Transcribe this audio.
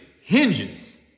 hinges